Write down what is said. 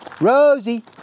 rosie